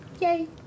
Yay